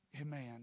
Amen